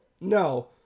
No